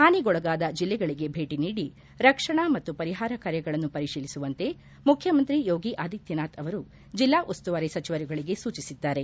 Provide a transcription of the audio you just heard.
ಹಾನಿಗೊಳಗಾದ ಜಿಲ್ಲೆಗಳಿಗೆ ಭೇಟಿ ನೀಡಿ ರಕ್ಷಣಾ ಮತ್ತು ಪರಿಹಾರ ಕಾರ್ಯಗಳನ್ನು ಪರಿಶೀಲಿಸುವಂತೆ ಮುಖ್ಯಮಂತ್ರಿ ಯೋಗಿ ಆದಿತ್ಲನಾಥ್ ಅವರು ಜಿಲ್ಲಾ ಉಸ್ತುವಾರಿ ಸಚಿವರುಗಳಿಗೆ ಸೂಚಿಸಿದ್ದಾರೆ